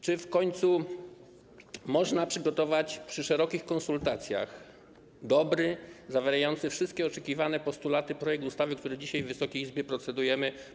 Czy w końcu można przygotować przy szerokich konsultacjach dobry, zawierający wszystkie oczekiwane postulaty projekt ustawy, który dzisiaj w Wysokiej Izbie procedujemy?